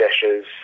dishes